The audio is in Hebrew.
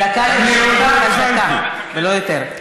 דקה ולא יותר.